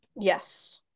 yes